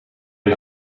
een